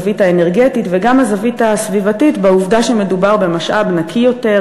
הזווית האנרגטית וגם הזווית הסביבתית בעובדה שמדובר במשאב נקי יותר,